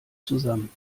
zusammen